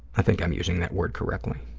i think i'm using that word correctly.